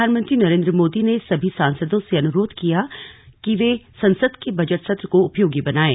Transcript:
प्रधानमंत्री नरेन्द्र मोदी ने सभी सांसदों से अनुरोध किया है कि वे संसद के बजट सत्र को उपयोगी बनायें